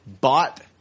bought